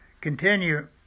continue